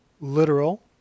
literal